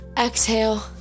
Exhale